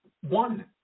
One